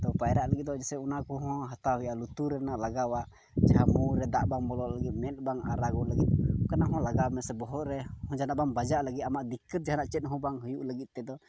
ᱯᱟᱭᱨᱟᱜ ᱞᱟᱹᱜᱤᱫ ᱫᱚ ᱡᱮᱭᱥᱮ ᱚᱱᱟ ᱠᱚᱦᱚᱸ ᱦᱟᱛᱟᱣ ᱦᱩᱭᱩᱜᱼᱟ ᱞᱩᱛᱩᱨ ᱨᱮᱱᱟᱜ ᱞᱜᱟᱣᱟᱜ ᱡᱟᱦᱟᱸ ᱢᱩᱨᱮ ᱫᱟᱜ ᱵᱟᱝ ᱵᱚᱞᱚᱱ ᱞᱟᱹᱜᱤᱫ ᱢᱮᱫ ᱵᱟᱝ ᱟᱨᱟᱜᱚᱜ ᱞᱟᱹᱜᱤᱫ ᱚᱱᱠᱟᱱᱟᱜ ᱦᱚᱸ ᱞᱟᱜᱟᱣ ᱢᱮᱥᱮ ᱵᱚᱦᱚᱜ ᱨᱮ ᱡᱟᱦᱟᱱᱟᱜ ᱦᱚᱸ ᱵᱟᱝ ᱵᱟᱡᱟᱜ ᱞᱟᱹᱜᱤᱫ ᱟᱢᱟᱜ ᱫᱤᱠᱠᱟᱹᱛ ᱡᱟᱦᱟᱱᱟᱜ ᱪᱮᱫ ᱦᱚᱸ ᱵᱟᱝ ᱦᱩᱭᱩᱜ ᱞᱟᱹᱜᱤᱫ ᱛᱮᱫᱚ